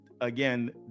again